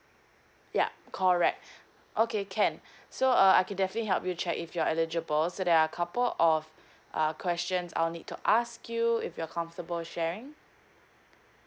yeah correct okay can so uh I can definitely help you check if you're eligible so there are couple of err questions I'll need to ask you if you're comfortable sharing